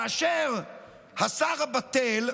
כאשר השר הבטל,